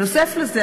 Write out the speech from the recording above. נוסף על זה,